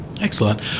Excellent